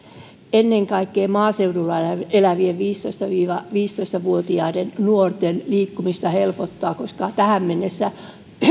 ennen kaikkea maaseudulla elävien viisitoista viiva seitsemäntoista vuotiaiden nuorten liikkumista koska tähän mennessä